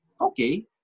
Okay